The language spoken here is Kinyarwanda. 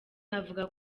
avuga